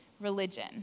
religion